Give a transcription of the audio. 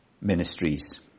ministries